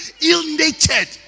ill-natured